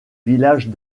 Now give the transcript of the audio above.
villages